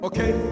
Okay